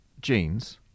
genes